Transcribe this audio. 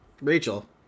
Rachel